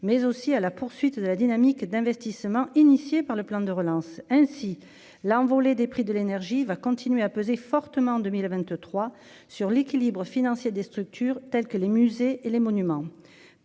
mais aussi à la poursuite de la dynamique d'investissement initiée par le plan de relance ainsi l'envolée des prix de l'énergie va continuer à peser fortement en 2023 sur l'équilibre financier des structures telles que les musées et les monuments